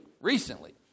recently